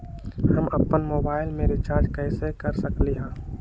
हम अपन मोबाइल में रिचार्ज कैसे कर सकली ह?